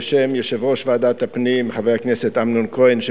בשם יושב-ראש ועדת הפנים חבר הכנסת אמנון כהן,